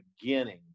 beginning